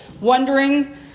wondering